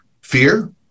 Fear